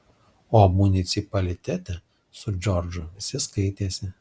o municipalitete su džordžu visi skaitėsi